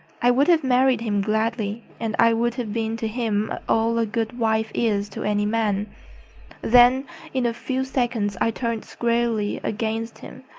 i would have married him gladly, and i would have been to him all a good wife is to any man then in a few seconds i turned squarely against him,